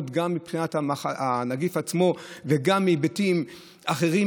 גם מבחינת הנגיף עצמו וגם בהיבטים אחרים,